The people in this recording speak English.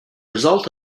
result